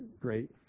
great